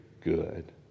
good